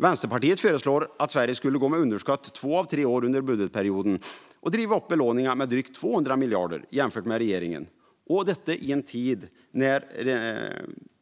Vänsterpartiet föreslår att Sverige ska gå med underskott två av tre år under budgetperioden och vill driva upp belåningen med drygt 200 miljarder jämfört med regeringen - detta i en tid när